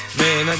man